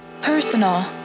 Personal